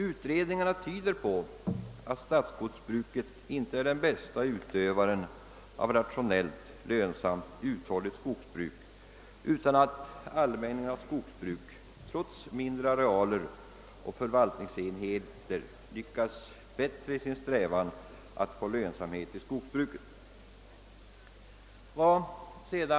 Utredningen tyder på att statsskogsbruk inte är den bästa formen när det gäller att åstadkomma ett rationellt, lön samt och uthålligt skogsbruk, utan att allmänningarnas skogsbruk, trots mindre arealer och förvaltningsenheter, lyckats bättre i sin strävan att få lönsamhet i skogsbruket.